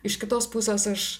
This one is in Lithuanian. iš kitos pusės aš